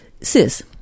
Sis